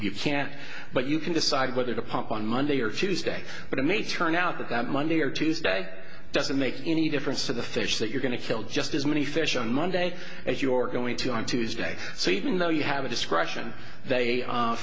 you can't but you can decide whether to pump on monday or tuesday but it may turn out that monday or tuesday it doesn't make any difference to the fish that you're going to kill just as many fish on monday as you're going to on tuesday so even though you have a discretion they a